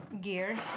gear